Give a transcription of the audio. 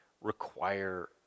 require